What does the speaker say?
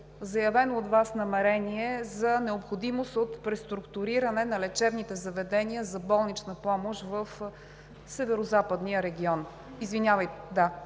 заявено от Вас намерение за необходимост от преструктуриране на лечебните заведения за болнична помощ в Северозападния регион. В този